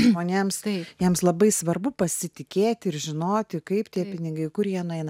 žmonėms tai jiems labai svarbu pasitikėti ir žinoti kaip tie pinigai kur jie nueina